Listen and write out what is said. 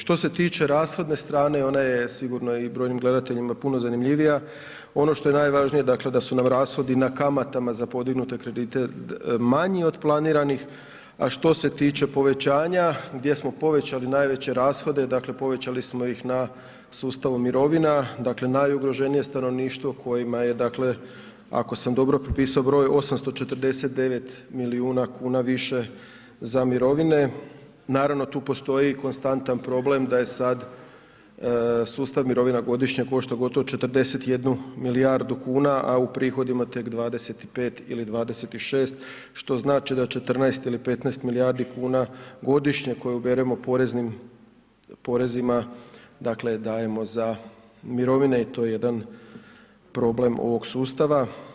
Što se tiče rashodne strane ona je sigurno i brojnim gledateljima i puno zanimljivija, ono što je najvažnije, dakle da su nam rashodi na kamatama za podignute kredite manji od planiranih, a što se tiče povećanja gdje smo povećali najveće rashode, dakle povećali smo ih na sustavu mirovina, dakle najugroženije stanovništvo kojima je dakle, ako sam dobro prepisao broj, 849 milijuna kuna više za mirovine, naravno tu postoji i konstantan problem da je sad sustav mirovina godišnje košta gotovo 41 milijardu kuna, a u prihodima tek 25 ili 26, što znači da 14 ili 15 milijardi kuna godišnje koje uberemo poreznim porezima, dakle dajemo za mirovine i to je jedan problem ovog sustava.